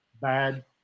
bad